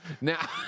Now